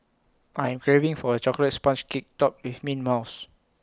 I am craving for A Chocolate Sponge Cake Topped with Mint Mousse